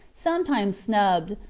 sometimes snubbed,